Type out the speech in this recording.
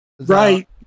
Right